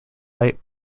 light